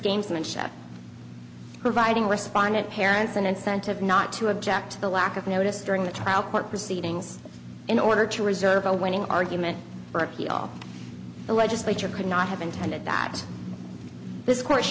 gamesmanship providing respondent parents an incentive not to object to the lack of noticed during the trial court proceedings in order to reserve a winning argument erkki all the legislature could not have intended that